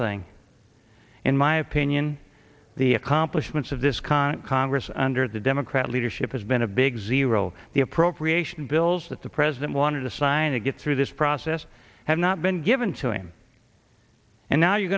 thing in my opinion the accomplishments of this conduct congress under the democrat leadership has been a big zero the appropriation bills that the president wanted to sign to get through this process have not been given to him and now you're